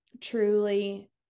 truly